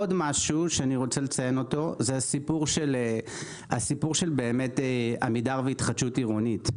עוד משהו שאני רוצה לציין אותו הסיפור של עמידר והתחדשות עירונית.